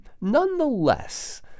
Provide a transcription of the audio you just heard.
Nonetheless